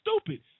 stupid